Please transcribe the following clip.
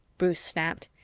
bruce snapped.